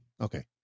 okay